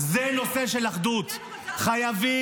היתרון של הרשות היה שיכלו לעשות שולחנות עגולים,